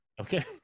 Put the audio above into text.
Okay